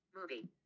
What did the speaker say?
Movie